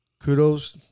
kudos